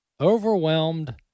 Overwhelmed